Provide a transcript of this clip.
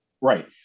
Right